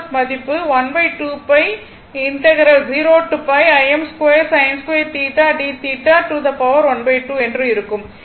S மதிப்பு என்று இருக்கும்